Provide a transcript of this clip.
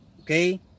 Okay